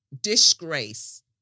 Disgrace